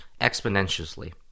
exponentially